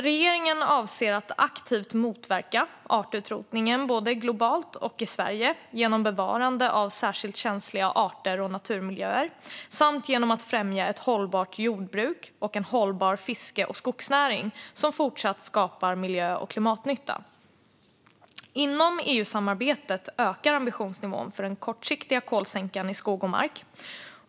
Regeringen avser att aktivt motverka artutrotningen både globalt och i Sverige genom bevarande av särskilt känsliga arter och naturmiljöer samt genom att främja ett hållbart jordbruk och en hållbar fiske och skogsnäring som fortsatt skapar miljö och klimatnytta. Inom EU-samarbetet ökar ambitionsnivån för den kortsiktiga kolsänkan i skog och mark.